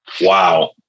wow